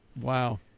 Wow